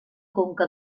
conca